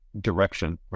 direction